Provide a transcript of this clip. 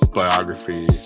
biography